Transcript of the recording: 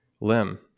limb